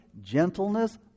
gentleness